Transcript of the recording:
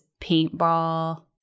paintball